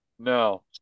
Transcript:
No